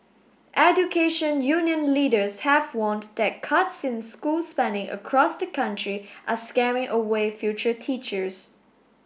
education union leaders have warned that cuts in school spending across the country are scaring away future teachers